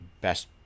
best